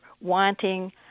wanting